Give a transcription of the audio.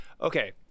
Okay